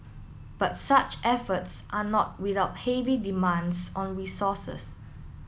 but such efforts are not without heavy demands on resources